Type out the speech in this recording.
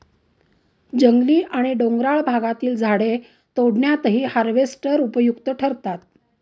जंगली आणि डोंगराळ भागातील झाडे तोडण्यातही हार्वेस्टर उपयुक्त ठरतात